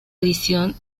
edición